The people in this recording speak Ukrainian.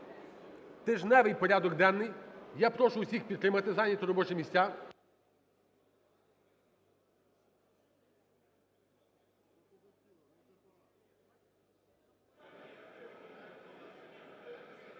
Тижневий порядок денний. Я прошу усіх підтримати, зайняти робочі місця.